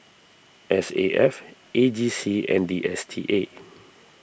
S A F A G C and D S T A